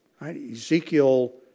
Ezekiel